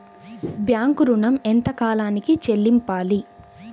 Bank ఋణం ఎంత కాలానికి చెల్లింపాలి?